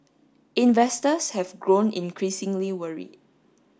investors have grown increasingly worried